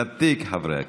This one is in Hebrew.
ותיק חברי הכנסת,